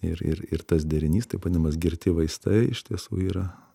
ir ir ir tas derinys taip vadinamas girti vaistai iš tiesų yra